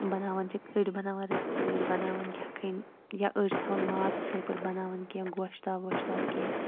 بَناوان چھِکھ أڈۍ بَناوان رِستہٕ تہٕ أڈۍ بَناوان یَکھٕنۍ یا أڈۍ چھِ تھاوان ماز ہُتھٕے پٲٹھۍ بَناوان کینٛہہ گۄشتاب وۄشتاب کینٛہہ